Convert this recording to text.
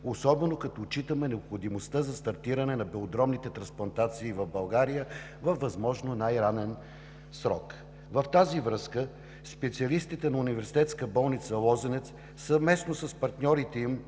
особено като отчитаме необходимостта за стартиране на белодробните трансплантации в България във възможно най-ранен срок. В тази връзка специалистите на Университетска болница „Лозенец“, съвместно с партньорите им